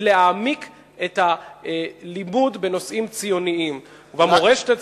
היא להעמיק את הלימוד בנושאים ציוניים ובמורשת הציונית.